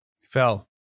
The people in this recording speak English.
fell